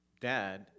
dad